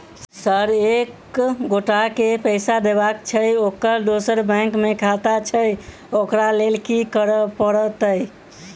Sir एक एगोटा केँ पैसा देबाक छैय ओकर दोसर बैंक मे खाता छैय ओकरा लैल की करपरतैय?